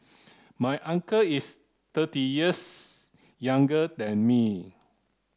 my uncle is thirty years younger than me